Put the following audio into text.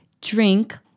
drink